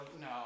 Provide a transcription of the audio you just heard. No